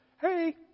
hey